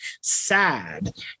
sad